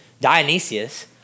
Dionysius